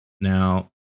Now